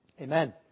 Amen